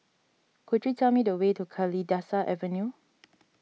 could you tell me the way to Kalidasa Avenue